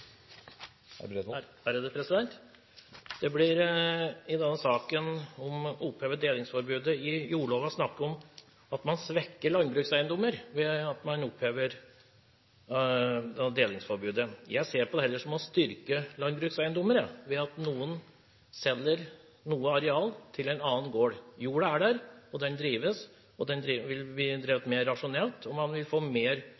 Det blir i denne saken om å oppheve delingsforbudet i jordloven snakket om at man svekker landbrukseiendommer ved at man opphever delingsforbudet. Jeg ser på det heller som å styrke landbrukseiendommer ved at noen selger noe areal til en annen gård. Jorda er der, den drives, den vil bli drevet mer rasjonelt, og man vil få mer utbytte av den jorda. Er det ikke en mer